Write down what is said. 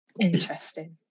Interesting